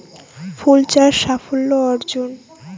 ফুল চাষ সাফল্য অর্জন?